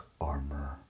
armor